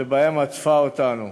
שבהם עטף אותנו.